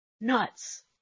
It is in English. nuts